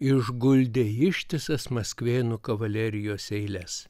išguldė ištisas maskvėnų kavalerijos eiles